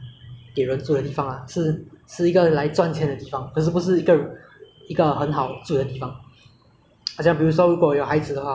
好像比如说如果有孩子的话 orh 还没有我如果在新加坡我应该是不会要有要有孩子在新加坡因为这边不是一个很好成长的地方